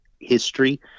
history